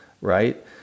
right